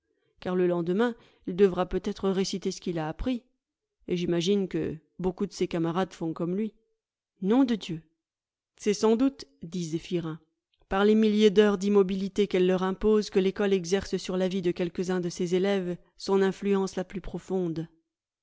car le lendemain il devra peut-être réciter ce qu'il a appris et j'imagine que beaucoup de ses camarades font comme lui nom de dieu c'est sans doute dit zéphyrin par les milliers d'heures d'immobilité qu'elle leur impose que l'ecole exerce sur la vie de quelques-uns de ses élèves son influence la plus profonde